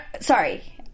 sorry